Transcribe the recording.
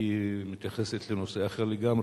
היא מתייחסת לנושא אחר לגמרי,